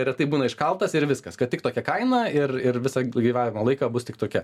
retai būna iškaltas ir viskas kad tik tokia kaina ir ir visą gyvavimo laiką bus tik tokia